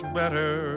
better